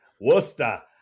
Worcester